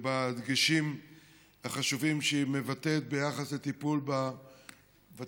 ובהדגשים החשובים שהיא מבטאת ביחס לטיפול בוותיקים,